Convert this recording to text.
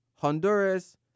Honduras